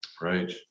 Right